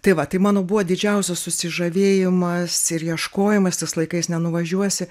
tai va tai mano buvo didžiausias susižavėjimas ir ieškojimas tais laikais nenuvažiuosi